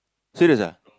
serious ah